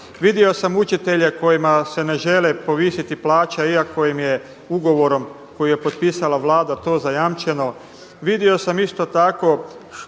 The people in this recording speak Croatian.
Vidio sam učitelje kojima se ne žele povisiti plaća iako im je ugovorom koji je potpisala Vlada to zajamčeno, vidio sam isto tako